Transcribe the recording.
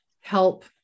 help